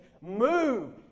move